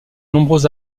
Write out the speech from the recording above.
nombreux